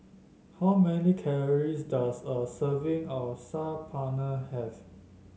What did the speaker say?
how many calories does a serving of Saag Paneer have